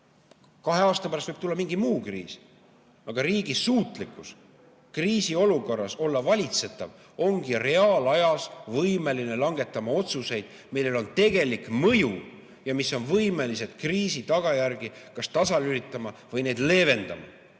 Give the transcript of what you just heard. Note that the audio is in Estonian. Kahe aasta pärast võib tulla mingi muu kriis. Aga riigi suutlikkus olla kriisiolukorras valitsetav tähendabki, et reaalajas ollakse võimeline langetama otsuseid, millel on tegelik mõju ja mis on võimelised kriisi tagajärgi kas tasalülitama või neid leevendama.